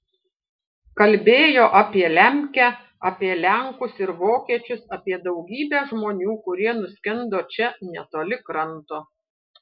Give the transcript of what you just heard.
kalbėjo apie lemkę apie lenkus ir vokiečius apie daugybę žmonių kurie nuskendo čia netoli kranto